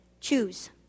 choose